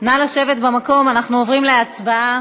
נא לשבת במקום, אנחנו עוברים להצבעה.